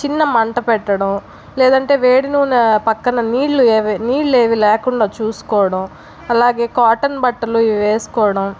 చిన్న మంట పెట్టడం లేదంటే వేడి నూనె పక్కన నీళ్ళు ఏవి నీళ్ళు ఏవి లేకుండా చూసుకోవడం అలాగే కాటన్ బట్టలు వేసుకోవడం